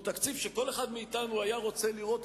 הוא תקציב שכל אחד מאתנו היה רוצה לראות